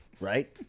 right